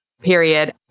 period